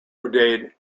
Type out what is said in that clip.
brigade